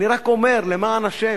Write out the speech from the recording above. אני רק אומר: למען השם,